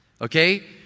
Okay